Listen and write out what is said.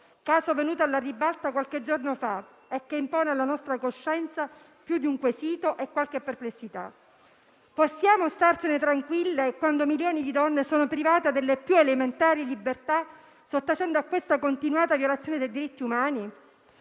caso è venuto alla ribalta qualche giorno fa e impone alla nostra coscienza più di un quesito e qualche perplessità. Possiamo starcene tranquille, quando milioni di donne sono private delle più elementari libertà, sottacendo a questa continua violazione dei diritti umani?